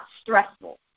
stressful